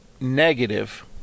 negative